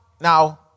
now